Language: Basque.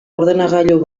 ordenagailu